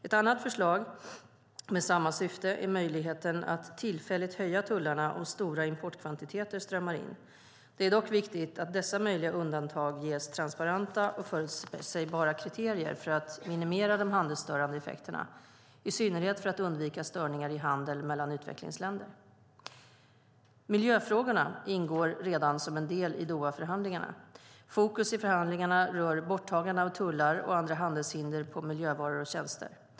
Ett annat förslag med samma syfte är möjligheten att tillfälligt höja tullarna om stora importkvantiteter strömmar in. Det är dock viktigt att dessa möjliga undantag ges transparenta och förutsägbara kriterier för att minimera de handelsstörande effekterna, i synnerhet för att undvika störningar i handel mellan utvecklingsländer. Miljöfrågorna ingår redan som en del i Dohaförhandlingarna. Fokus i förhandlingarna rör borttagande av tullar och andra handelshinder på miljövaror och tjänster.